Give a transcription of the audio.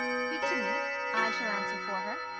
speak to me i shall answer for her.